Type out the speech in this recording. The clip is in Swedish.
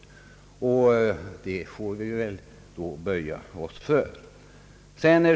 Det omdömet får vi böja oss för.